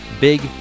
Big